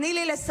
תני לי לסיים,